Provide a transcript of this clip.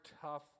tough